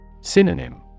Synonym